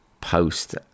post